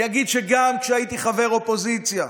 אני אגיד שגם כשהייתי חבר אופוזיציה,